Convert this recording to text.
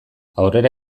aurrera